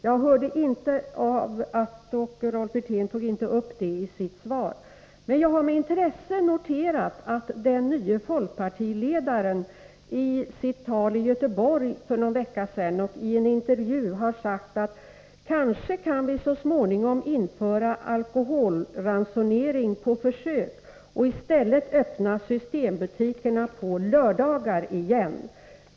Rolf Wirtén tog dock inte upp detta i sitt anförande, men jag har med intresse noterat att den nye folkpartiledaren i ett tal i Göteborg för någon vecka sedan och i en intervju har sagt att vi kanske så småningom kan införa alkoholransonering på försök och i stället öppna systembutikerna på lördagar igen.